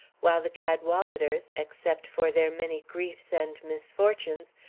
while the cadwaladers, except for their many griefs and misfortunes,